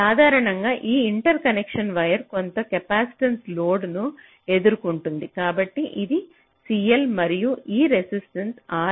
సాధారణంగా ఈ interconnection wire capacitive కెపాసిటివ్ లోడ్ను ఎదుర్కొంటుంది కాబట్టి ఇది CL మరియు ఈ రెసిస్టెన్స R